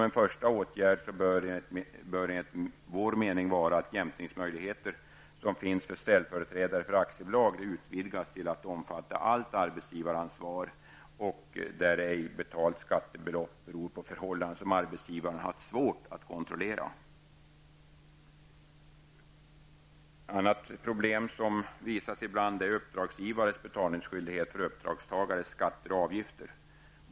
En första åtgärd bör enligt vår mening vara att de jämkningsmöjligheter som finns för ställföreträdare för aktiebolag utvidgas till att omfatta allt arbetsgivaransvar där ej betalt skattebelopp beror på förhållanden som arbetsgivaren haft svårt att kontrollera. Ett annat problem som ibland visar sig gäller uppdragsgivares betalningsskyldighet för uppdragstagares skatter och avgifter.